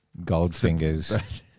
Goldfingers